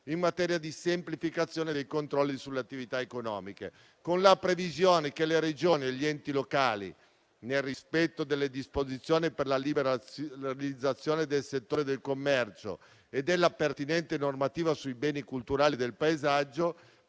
in materia di semplificazione dei controlli sulle attività economiche, con la previsione che le Regioni e gli enti locali, nel rispetto delle disposizioni per la libera realizzazione del settore del commercio e della pertinente normativa sui beni culturali e del paesaggio,